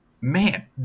man